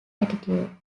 attitude